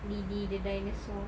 Didi the dinosaur